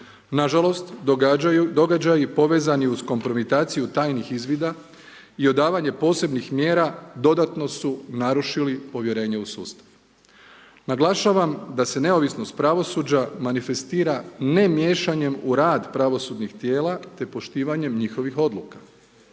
Nažalost događaji povezani uz kompromitaciju tajnih izvida i odavanje posebnih mjera dodatno su narušili povjerenje u sustav. Naglašavam da se neovisnost pravosuđa manifestira ne miješanjem u rad pravosudnih tijela te poštivanjem njihovih odluka,